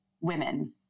women